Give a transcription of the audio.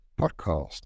podcast